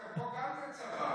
פה זה גם כן צבא.